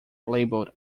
labeled